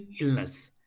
illness